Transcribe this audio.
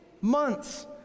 months